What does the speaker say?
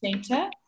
center